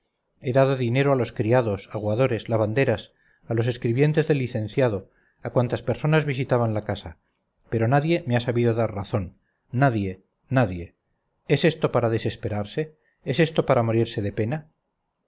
he dado dinero a los criados aguadores lavanderas a los escribientes del licenciado a cuantas personas visitaban la casa pero nadie me ha sabido dar razón nadie nadie es esto para desesperarse es esto para morirse de pena